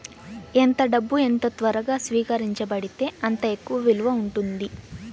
ఎంత డబ్బు ఎంత త్వరగా స్వీకరించబడితే అంత ఎక్కువ విలువ ఉంటుంది